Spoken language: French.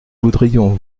voudrions